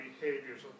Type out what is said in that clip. behaviors